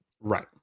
Right